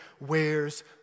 wears